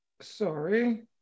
Sorry